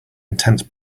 intense